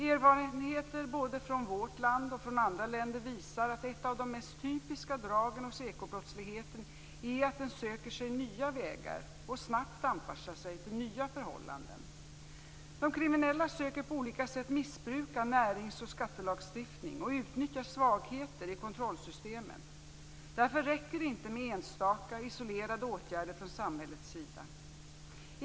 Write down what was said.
Erfarenheter både från vårt land och från andra länder visar att ett av de mest typiska dragen hos ekobrottsligheten är att den söker sig nya vägar och snabbt anpassar sig till nya förhållanden. De kriminella söker på olika sätt missbruka närings och skattelagstiftning och utnyttja svagheter i kontrollsystemen. Därför räcker det inte med enstaka isolerade åtgärder från samhällets sida.